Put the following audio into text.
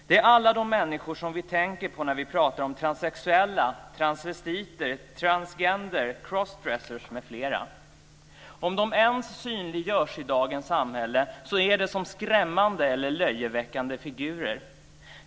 Det är alla de människor vi tänker på när vi talar om transsexuella, transvestiter, transgender, crossdressers m.fl. Om de ens synliggörs i dagens samhälle är det som skrämmande eller löjeväckande figurer.